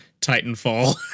Titanfall